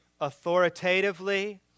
authoritatively